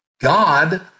God